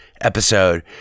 episode